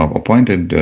appointed